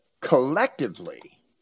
collectively